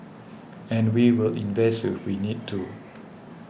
and we will invest if we need to